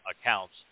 accounts